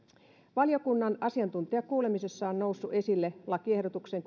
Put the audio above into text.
valiokunnan asiantuntijakuulemisessa on noussut esille lakiehdotukseen